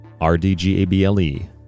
rdgable